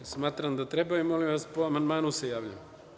Smatram da treba i molim vas po amandmanu se javljam.